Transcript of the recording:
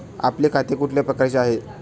आपले खाते कुठल्या प्रकारचे आहे?